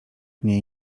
niej